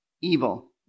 evil